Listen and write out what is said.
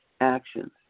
actions